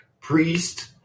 priest